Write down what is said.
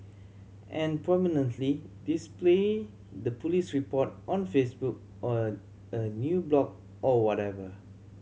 and prominently display the police report on Facebook or a a new blog or whatever